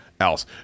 else